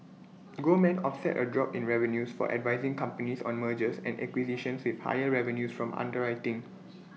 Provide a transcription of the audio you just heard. Goldman offset A drop in revenues for advising companies on mergers and acquisitions with higher revenues from underwriting